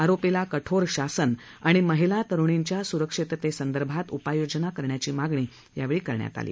आरोपीला कठोर शासन आणि महिला तरुणींच्या सुरक्षिततेसंदर्भात उपाययोजना करण्याची मागणी यावेळी करण्यात आली